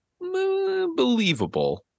believable